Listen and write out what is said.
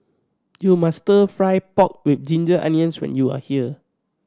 you must Stir Fry pork with ginger onions when you are here